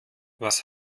was